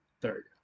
third